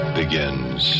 begins